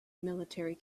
military